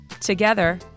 Together